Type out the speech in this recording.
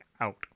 out